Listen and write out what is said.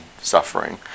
suffering